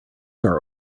our